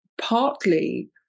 partly